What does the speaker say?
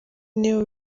nibo